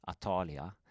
Atalia